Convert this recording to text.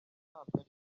ntabwo